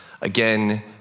again